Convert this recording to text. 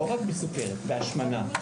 לא רק בסוכרת, בהשמנה.